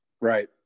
Right